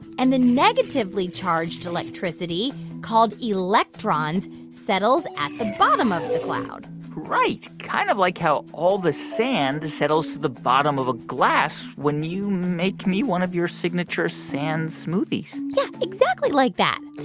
and the negatively charged electricity, called electrons settles at the bottom of the cloud right, kind of like how all the sand settles to the bottom of a glass when you make me one of your signature sand smoothies yeah, exactly like that.